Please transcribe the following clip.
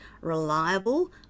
reliable